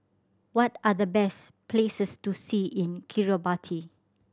what are the best places to see in Kiribati